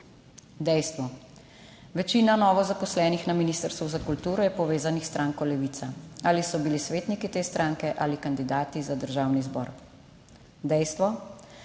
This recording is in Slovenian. Dejstvo, večina novozaposlenih na Ministrstvu za kulturo je povezanih s stranko Levica. Ali so bili svetniki te stranke ali kandidati za Državni zbor? Dejstvo,